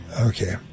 Okay